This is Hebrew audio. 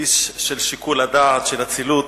איש של שיקול דעת, של אצילות,